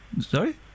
Sorry